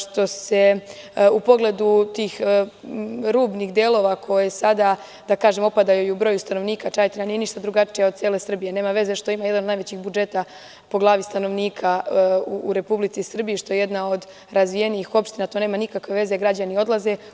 Što se tiče tih rubnih delova, da kažem, opada i broj stanovnika, Čajetina nije ništa drugačija od cele Srbije, nema veze što ima jedan od najvećih budžeta po glavi stanovnika u Republici Srbiji, što je jedna od razvijenih opština, to nema nikakve veze, građani odlaze.